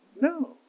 No